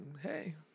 Hey